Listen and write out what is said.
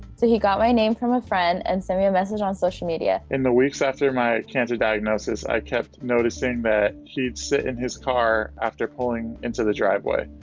so he got my name from a friend and sent me a message on social media. in the weeks after my cancer diagnosis, i kept noticing that he'd sit in his car after pulling into the driveway.